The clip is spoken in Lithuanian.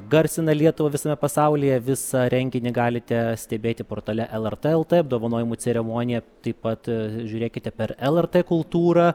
garsina lietuvą visame pasaulyje visą renginį galite stebėti portale lrt lt apdovanojimų ceremonija taip pat žiūrėkite per lrt kultūrą